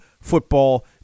Football